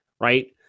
right